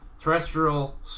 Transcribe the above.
terrestrial